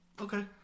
Okay